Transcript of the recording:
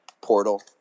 portal